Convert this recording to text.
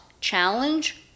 challenge